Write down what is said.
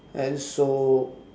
and so